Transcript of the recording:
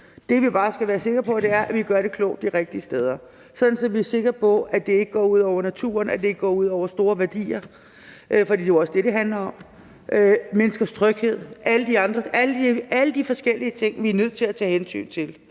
Det, vi bare skal være sikre på, er, at vi gør det klogt de rigtige steder, sådan at vi er sikre på, at det ikke gå ud over naturen, at det ikke gå ud over store værdier – for det er jo også det, det handler om – menneskers tryghed, alle de forskellige ting, vi er nødt til at tage hensyn til.